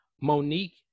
Monique